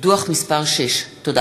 דוח מס' 6. תודה.